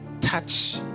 touch